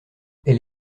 elle